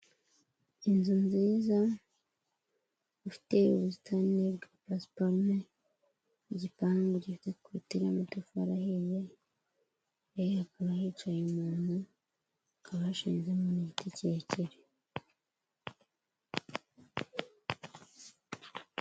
Inzu nziza ifite ubusitani bwa pasiparume, igipangu gifite korutire y' amatafari ahiye; imbere yaho hakaba hicaye umuntu hakaba hashinzemo n'igiti kirekire.